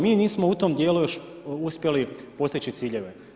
Mi nismo u tom djelu još uspjeli postići ciljeve.